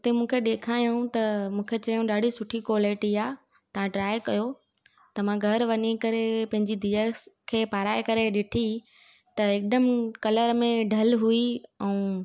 उते मूंखे ॾेखारियऊं त मूंखे चययूं ॾाढी सुठी कोलेटी आहे तव्हां ट्राए कयो त मां घरु वञी करे पंहिंजी धीअ खे पाराए करे ॾिठी त हिकदमि कलर में ढल हुई ऐं